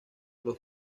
las